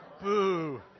boo